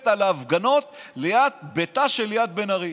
נוספת, על ההפגנות ליד ביתה של ליאת בן-ארי,